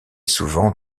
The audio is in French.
souvent